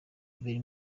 babiri